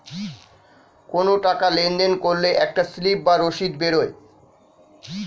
কোনো টাকা লেনদেন করলে একটা স্লিপ বা রসিদ বেরোয়